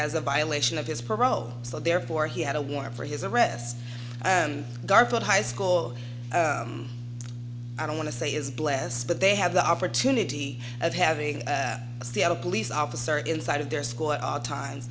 as a violation of his parole so therefore he had a warrant for his arrest garfield high school i don't want to say is blessed but they have the opportunity of having a seattle police officer inside of their school at all